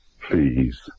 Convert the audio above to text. please